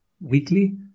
weekly